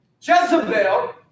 Jezebel